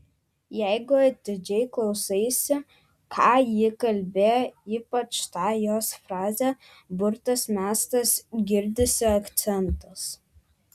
jeigu atidžiai klausaisi ką ji kalbėjo ypač tą jos frazę burtas mestas girdisi akcentas